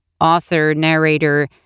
author-narrator